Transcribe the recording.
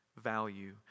value